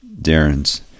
Darren's